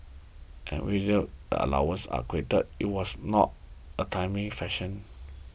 and even when the allowance was credited it was not a timely fashion